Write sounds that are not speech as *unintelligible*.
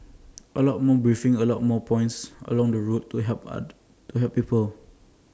*noise* A lot more briefings A lot more points along the route to help *unintelligible* to help people